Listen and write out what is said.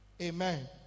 Amen